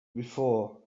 before